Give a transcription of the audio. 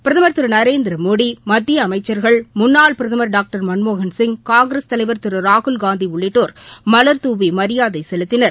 பிரதமர் திரு நரேந்திரமோடி மத்திய அமைச்சர்கள் முன்னாள் பிரதமர் டாக்டர் மன்மோகன்சிய் காங்கிரஸ் தலைவர் திரு ராகுல்காந்தி உள்ளிட்டோர் மலர்தூவி மரியாதை செலுத்தினர்